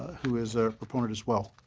who is a proponent as well.